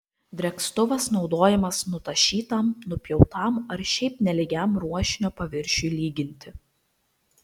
drėkstuvas naudojamas nutašytam nupjautam ar šiaip nelygiam ruošinio paviršiui lyginti